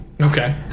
Okay